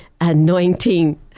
anointing